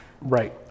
Right